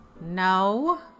No